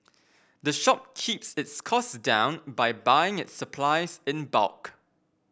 the shop keeps its costs down by buying its supplies in bulk